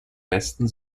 westen